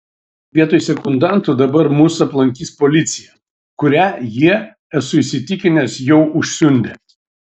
vietoj sekundantų dabar mus aplankys policija kurią jie esu įsitikinęs jau užsiundė